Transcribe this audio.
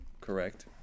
correct